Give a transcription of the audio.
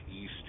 East